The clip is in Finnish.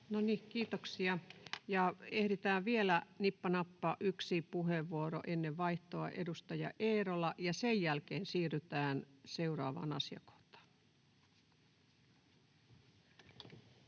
kiitoksia. — Ehditään vielä nippa nappa yksi puheenvuoro ennen vaihtoa. — Edustaja Eerola, ja sen jälkeen siirrytään seuraavaan asiakohtaan.